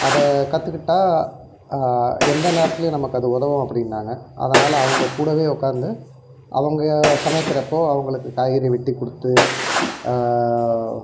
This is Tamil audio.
அதை கற்றுக்கிட்டா எந்த நேரத்திலையும் நமக்கு அது உதவும் அப்படின்னாங்க அதனாலே அவங்க கூடவே உக்கார்ந்து அவங்க சமைக்கிறப்போது அவர்களுக்கு காய்கறி வெட்டி கொடுத்து